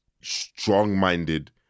strong-minded